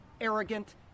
arrogant